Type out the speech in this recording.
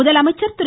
முதலமைச்சர் திரு